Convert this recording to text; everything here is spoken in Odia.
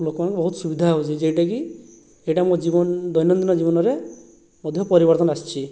ଲୋକଙ୍କୁ ବହୁତ ସୁବିଧା ହେଉଛି ଯେଉଁଟାକି ଏଇଟା ମୋ ଜୀବନ ଦୈନଦିନ ଜୀବନରେ ମଧ୍ୟ ପରିବର୍ତ୍ତନ ଆସିଛି